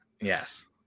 Yes